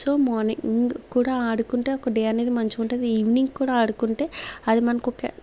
so morning కూడా ఆడుకుంటే ఒక డే అనేది మంచిగా ఉంటుంది ఈవినింగ్ కూడా ఆడుకుంటే అది మనకు ఒక